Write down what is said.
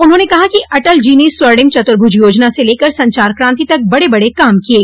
उन्होंने कहा कि अटल जी न स्वर्णिम चतुभूर्ज योजना से लेकर संचार क्रांति तक बड़े बड़े काम किये